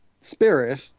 spirit